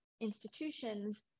institutions